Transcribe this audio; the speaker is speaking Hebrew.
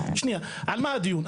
על מה הדיון?